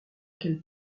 quelle